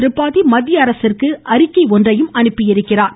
திரிபாதி மத்திய அரசுக்கு அறிக்கை ஒன்றை அனுப்பியுள்ளா்